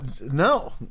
No